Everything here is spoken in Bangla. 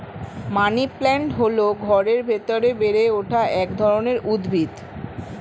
মানিপ্ল্যান্ট হল ঘরের ভেতরে বেড়ে ওঠা এক ধরনের উদ্ভিদ